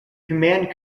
command